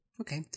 Okay